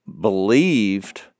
believed